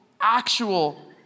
actual